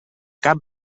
cap